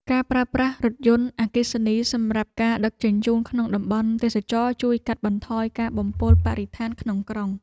ការប្រើប្រាស់រថយន្តអគ្គិសនីសម្រាប់ការដឹកជញ្ជូនក្នុងតំបន់ទេសចរណ៍ជួយកាត់បន្ថយការបំពុលបរិស្ថានក្នុងក្រុង។